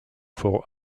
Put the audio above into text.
for